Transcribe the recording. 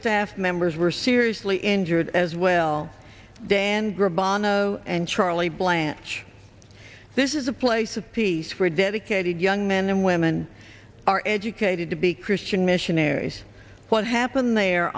staff members were seriously injured as well dan gravano and charlie blanch this is a place of peace for dedicated young men and women are educated to be christian missionaries what happened there